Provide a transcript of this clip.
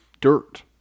dirt